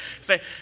say